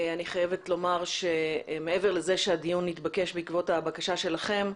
אני חיבת לומר שמעבר לזה שהדיון התבקש בעקבות הבקשה שלכם,